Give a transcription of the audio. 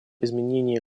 изменение